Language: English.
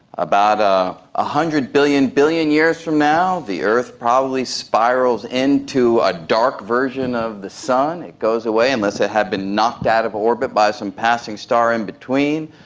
about one ah ah hundred billion billion years from now the earth probably spirals into a dark version of the sun, it goes away, unless it had been knocked out of orbit by some passing star in between.